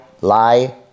lie